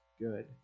good